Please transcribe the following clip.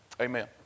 Amen